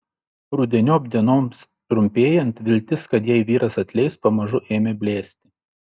rudeniop dienoms trumpėjant viltis kad jai vyras atleis pamažu ėmė blėsti